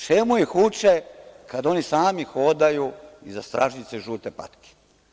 Čemu ih uče, kada oni sami hodaju iza stražnjice žute patke?